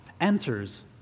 enters